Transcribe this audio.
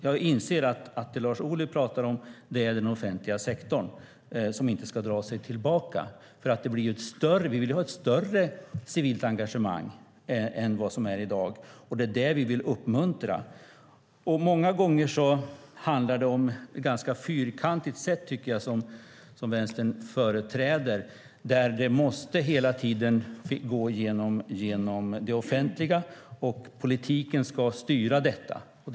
Jag inser att Lars Ohly menar att det är den offentliga sektorn som inte ska dra sig tillbaka. Vi vill ha ett större civilt engagemang än vad som är fallet i dag, och det är det vi vill uppmuntra. Många gånger företräder Vänstern ett ganska fyrkantigt synsätt, tycker jag: Allt måste gå genom det offentliga, och politiken ska styra detta.